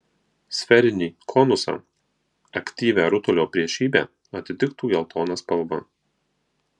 sferinį konusą aktyvią rutulio priešybę atitiktų geltona spalva